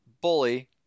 Bully